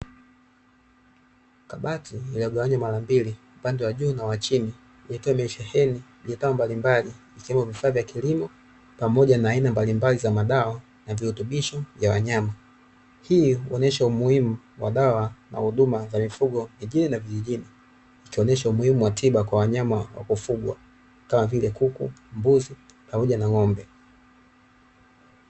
Kabati linagawanywa mara mbili upande wa juu na wa chini, ikiwa imesheheni bidhaa mbalimbali, ikiwemo vifaa vya kilimo pamoja na aina mbalimbali za madawa na virutubisho vya wanyama. Hii huonyesha umuhimu wa dawa na huduma za mifugo kijijini na vijijini, ikionyesha umuhimu wa tiba wanyama wa kufugwa kama vile: kuku, mbuzi, pamoja na ng'ombe.